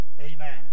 Amen